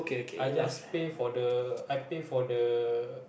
I just pay for the I pay for the